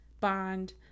bond